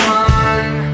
one